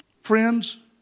Friends